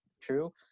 true